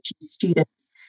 students